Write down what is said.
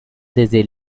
desde